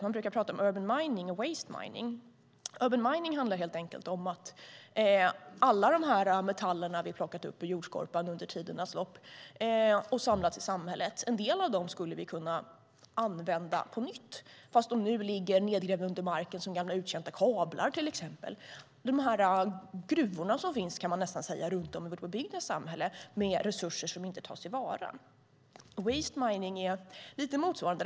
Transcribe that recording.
Man brukar prata om urban mining och waste mining. Urban mining handlar helt enkelt om alla de metaller som vi har plockat upp ur jordskorpan under tidernas lopp och samlat i samhället och att vi skulle kunna använda en del av dem på nytt, fast de nu ligger nedgrävda under marken som gamla uttjänta kablar till exempel. Det är de gruvor, kan man nästan säga, som finns runt om i vårt samhälle med resurser som inte tas till vara. Waste mining är något motsvarande.